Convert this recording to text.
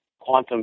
quantum